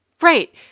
Right